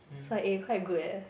it's like eh quite good eh